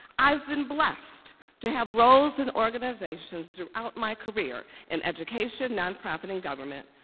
i've been blessed to have roles in organizations throughout my career in education, nonprofit, and government.